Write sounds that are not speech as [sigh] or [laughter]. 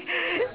[noise]